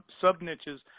sub-niches